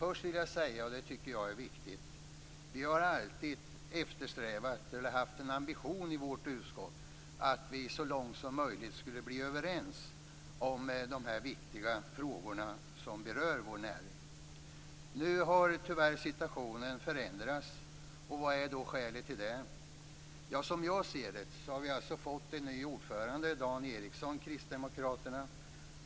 Först vill jag säga, och det tycker jag är viktigt, att vi alltid i vårt utskott haft en ambition att så långt som möjligt bli överens om de viktiga frågor som berör vår näring. Nu har situationen tyvärr förändrats. Vad är då skälet till det? Jag ser det så här. Vi har fått en ny ordförande - Dan Ericsson, Kristdemokraterna.